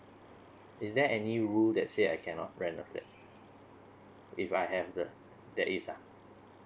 is there any rule that say I cannot rent a flat if I have the there is ah